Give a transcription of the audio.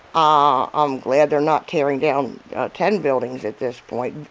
ah i'm glad they're not tearing down ten buildings at this point,